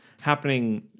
happening